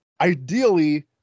ideally